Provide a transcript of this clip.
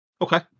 Okay